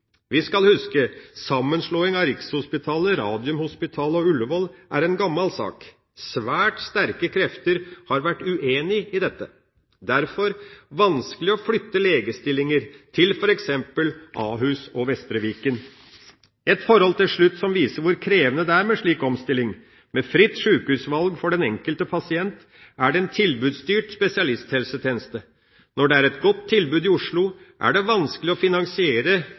Vi skal huske: Sammenslåing av Rikshospitalet, Radiumhospitalet og Ullevål er en gammel sak. Svært sterke krefter har vært uenig i dette. Derfor er det vanskelig å flytte legestillinger til f.eks. Ahus og Vestre Viken. Et forhold til slutt som viser hvor krevende det er med en slik omstilling: Med fritt sjukehusvalg for den enkelte pasient er det en tilbudsstyrt spesialisthelsetjeneste. Når det er et godt tilbud i Oslo, er det vanskelig å finansiere